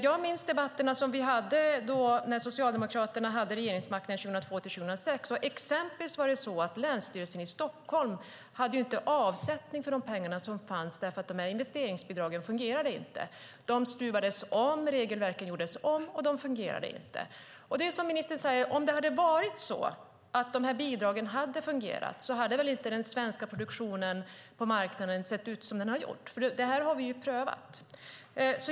Jag minns debatterna som vi hade när Socialdemokraterna hade regeringsmakten 2002-2006. Exempelvis hade länsstyrelsen i Stockholm inte avsättning för de pengar som fanns eftersom investeringsbidragen inte fungerade. De stuvades om, och regelverken gjordes om, men de fungerade inte. Det är som ministern säger: Om de här bidragen hade fungerat hade väl inte den svenska produktionen på marknaden sett ut som den har gjort. Detta har vi prövat.